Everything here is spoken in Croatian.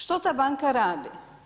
Što ta banka radi?